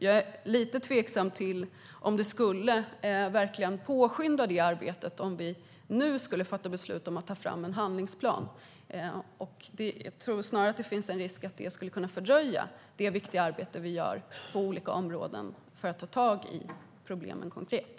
Jag är lite tveksam till om det verkligen skulle påskynda arbetet om vi nu skulle fatta beslut om att ta fram en handlingsplan. Jag tror snarare att det finns en risk att det skulle kunna fördröja det viktiga arbete som vi gör på olika områden för att ta tag i problemen konkret.